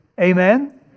Amen